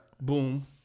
boom